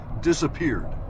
disappeared